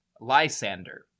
Lysander